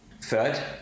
Third